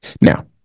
Now